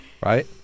right